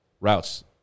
routes